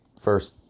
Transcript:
first